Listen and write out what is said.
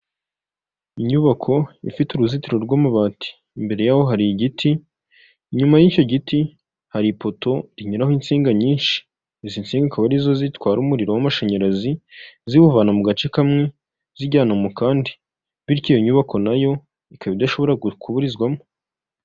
Umunara muremure cyane w'itumanaho uri mu mabara y'umutuku ndetse n'umweru bigaragara ko ari uwa eyateri hahagaze abatekinisiye bane bigaragara yuko bari gusobanurira aba bantu uko uyu munara ukoreshwa aha bantu bari gusobanurira bambaye amajire y'umutuku.